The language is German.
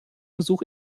besuch